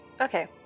Okay